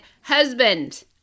husband